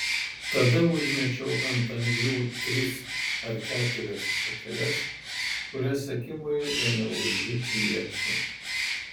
tada užmečiau ant anglių tris ar keturias šakeles kurias akimoju ėmė laižyti liepsnos